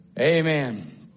Amen